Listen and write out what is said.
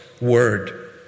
word